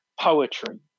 poetry